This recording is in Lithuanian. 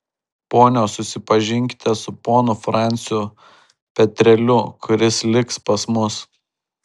ponios susipažinkite su ponu franciu petreliu kuris liks pas mus